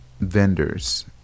vendors